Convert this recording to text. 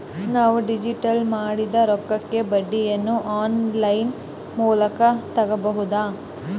ನಾವು ಡಿಪಾಜಿಟ್ ಮಾಡಿದ ರೊಕ್ಕಕ್ಕೆ ಬಡ್ಡಿಯನ್ನ ಆನ್ ಲೈನ್ ಮೂಲಕ ತಗಬಹುದಾ?